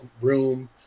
room